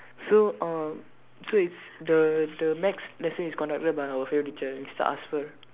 so uh so it's the the next lesson is conducted by our favorite teacher Mister Asfer